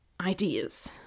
ideas